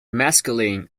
masculine